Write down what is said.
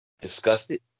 disgusted